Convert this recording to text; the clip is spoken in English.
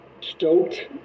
stoked